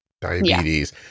diabetes